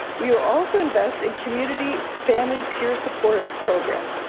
we will also invest in community family peer support programs.